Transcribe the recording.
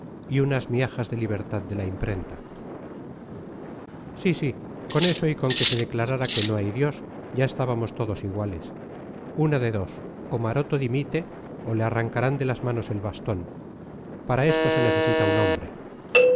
y unas miajas de libertad de la imprenta sí sí con eso y con que se declarara que no hay dios ya estábamos todos iguales una de dos o maroto dimite o le arrancarán de las manos el bastón para esto se necesita un hombre